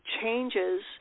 changes